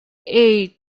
eight